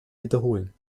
wiederholen